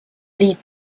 lied